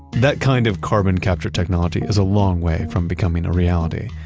that kind of carbon capture technology is a long way from becoming a reality.